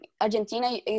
Argentina